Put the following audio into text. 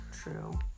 True